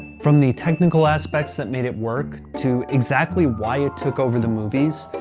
from the technical aspects that made it work, to exactly why it took over the movies,